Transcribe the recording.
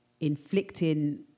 inflicting